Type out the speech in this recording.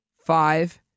five